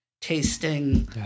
tasting